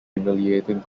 humiliating